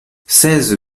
seize